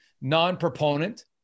non-proponent